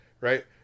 right